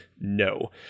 no